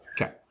Okay